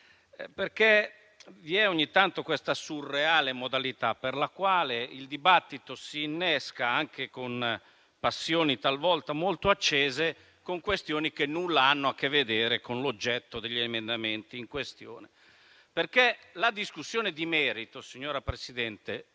asterrà. Vi è ogni tanto la surreale modalità per la quale il dibattito si innesca, con passioni talvolta molto accese, su questioni che nulla hanno a che vedere con l'oggetto degli emendamenti in questione. La discussione di merito, signora Presidente,